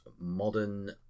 modern